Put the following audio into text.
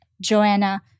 Joanna